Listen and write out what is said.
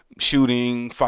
shooting